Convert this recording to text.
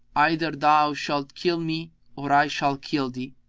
either thou shalt kill me or i shall kill thee.